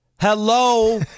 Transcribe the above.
Hello